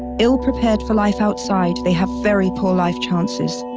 ill-prepared for life outside they have very poor life chances,